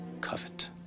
covet